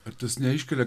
ar tas neiškelia